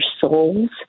souls